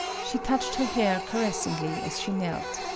she touched her hair caressingly as she knelt.